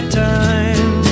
time